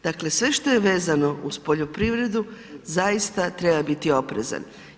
Dakle, sve što je vezano uz poljoprivredu zaista treba biti oprezan.